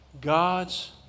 God's